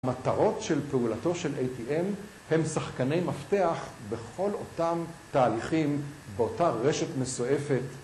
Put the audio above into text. המטרות של פעולתו של ATM הם שחקני מפתח בכל אותם תהליכים, באותה רשת מסועפת.